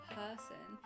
person